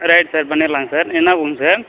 right sir பண்ணிடலாம் sir என்ன பூவுங்க சார்